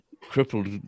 crippled